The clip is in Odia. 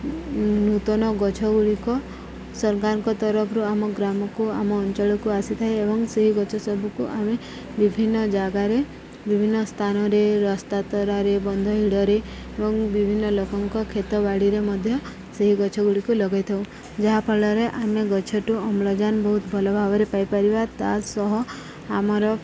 ନୂତନ ଗଛ ଗୁଡ଼ିକ ସରକାରଙ୍କ ତରଫରୁ ଆମ ଗ୍ରାମକୁ ଆମ ଅଞ୍ଚଳକୁ ଆସିଥାଏ ଏବଂ ସେହି ଗଛ ସବୁକୁ ଆମେ ବିଭିନ୍ନ ଜାଗାରେ ବିଭିନ୍ନ ସ୍ଥାନରେ ରାସ୍ତା ତରାରେ ବନ୍ଧ ହିଡ଼ରେ ଏବଂ ବିଭିନ୍ନ ଲୋକଙ୍କ କ୍ଷେତବାଡ଼ିରେ ମଧ୍ୟ ସେହି ଗଛ ଗୁଡ଼ିକୁ ଲଗେଇଥାଉ ଯାହାଫଳରେ ଆମେ ଗଛଠୁ ଅମ୍ଳଜାନ ବହୁତ ଭଲ ଭାବରେ ପାଇପାରିବା ତା' ସହ ଆମର